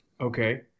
Okay